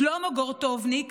שלמה גורטובניק